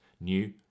New